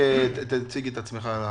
תציג את עצמך.